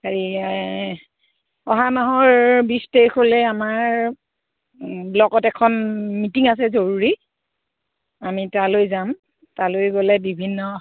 হেৰি অহা মাহৰ বিছ তাৰিখলৈ আমাৰ ব্লকত এখন মিটিং আছে জৰুৰী আমি তালৈ যাম তালৈ গ'লে বিভিন্ন